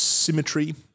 Symmetry